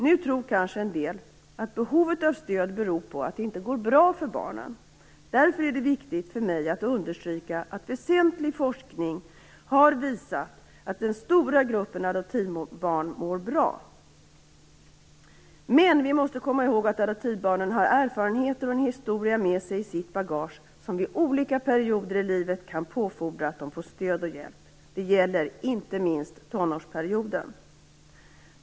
Nu tror kanske en del att behovet av stöd beror på att det inte går bra för barnen. Därför är det viktigt för mig att understryka att väsentlig forskning har visat att den stora gruppen adoptivbarn mår bra. Men vi måste komma ihåg att adoptivbarnen har erfarenheter och en historia med sig i sitt bagage som vid olika perioder i livet kan fordra att de får stöd och hjälp. Det gäller inte minst tonårsperioden.